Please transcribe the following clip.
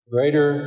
Greater